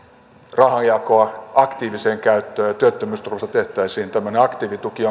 rahanjakoa aktiiviseen käyttöön ja työttömyysturvasta tehtäisiin tämmöinen aktiivituki